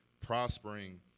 prospering